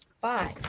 five